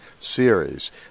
series